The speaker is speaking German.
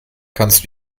kannst